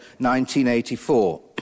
1984